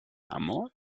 amor